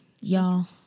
y'all